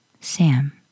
Sam